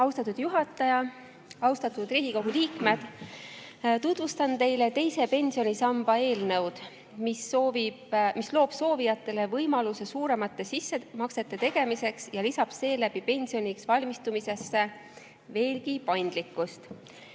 Austatud juhataja! Austatud Riigikogu liikmed! Tutvustan teile teise pensionisamba eelnõu, mis loob soovijatele võimaluse suuremate sissemaksete tegemiseks ja lisab seeläbi pensioniks valmistumisse veelgi paindlikkust.